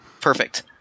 Perfect